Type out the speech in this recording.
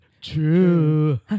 true